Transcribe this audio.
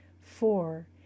Four